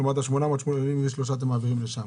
כלומר, את ה-883 אתם מעבירים לשם,